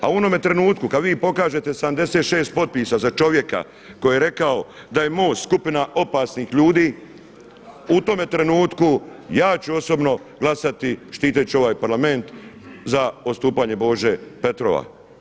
A u onome trenutku kad vi pokažete 76 potpisa za čovjeka koji je rekao da je MOST skupina opasnih ljudi u tome trenutku ja ću osobno glasati štiteći ovaj Parlament za odstupanje Bože Petrova.